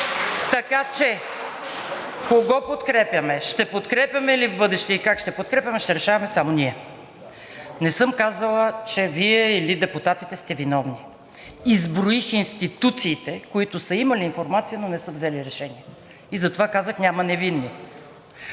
Така че кого подкрепяме, ще подкрепяме ли в бъдеще и как ще подкрепяме, ще решаваме само ние. Не съм казала, че Вие или депутатите сте виновни. Изброих институциите, които са имали информация, но не са взели решение. И затова казах „няма невинни“.